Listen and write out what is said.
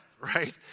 Right